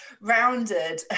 rounded